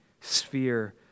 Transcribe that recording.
sphere